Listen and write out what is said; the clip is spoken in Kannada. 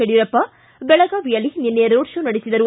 ಯಡಿಯೂರಪ್ಪ ಬೆಳಗಾವಿಯಲ್ಲಿ ನಿನ್ನೆ ರೋಡ್ ಶೋ ನಡೆಸಿದರು